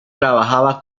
trabajaba